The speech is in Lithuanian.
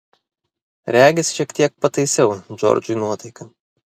regis šiek tiek pataisiau džordžui nuotaiką